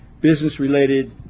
business-related